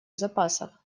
запасов